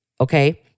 okay